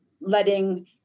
letting